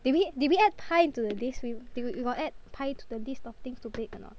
did we did we add pie into the list we did we got add pie into the list of things to bake or not